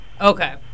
Okay